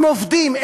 הם עובדים.